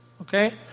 Okay